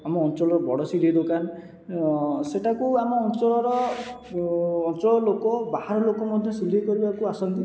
ଆମ ଅଞ୍ଚଳର ବଡ଼ ସିଲାଇ ଦୋକାନ ସେ' ଟାକୁ ଆମ ଅଞ୍ଚଳର ଅଞ୍ଚଳ ଲୋକ ବାହାର ଲୋକ ମଧ୍ୟ ସିଲାଇ କରିବାକୁ ଆସନ୍ତି